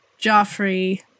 Joffrey